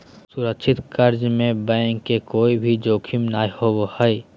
सुरक्षित कर्ज में बैंक के कोय भी जोखिम नय होबो हय